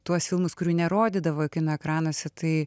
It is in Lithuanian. tuos filmus kurių nerodydavo kino ekranuose tai